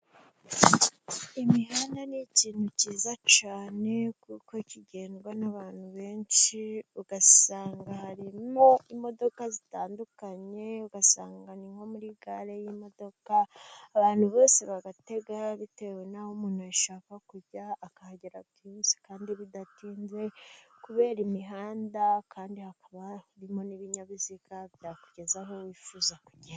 ill Imihanda ni ikintu cyiza cyane, kuko kigendwa n'abantu benshi ugasanga harimo imodoka zitandukanye, ugasanga ni nko muri gare y'imodoka. Abantu bose bagatega bitewe n'aho umuntu ashaka kujya, akahagera byihuse kandi bidatinze, kubera imihanda kandi hakaba harimo n'ibinyabiziga byakugeza aho wifuza kugera.,